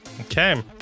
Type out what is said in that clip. Okay